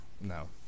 No